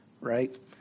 right